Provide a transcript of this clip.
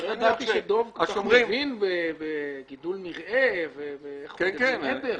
לא ידעתי שדב מבין כל כך בגידול מרעה ואיך בונים עדר.